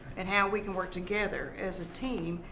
and how we can work together as a team,